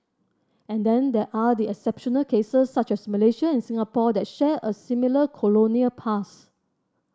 and then there are the exceptional cases such as Malaysia and Singapore that share a similar colonial past